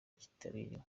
kitabiriwe